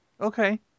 Okay